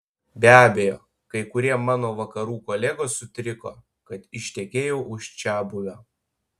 be abejo kai kurie mano vakarų kolegos sutriko kad ištekėjau už čiabuvio